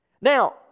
Now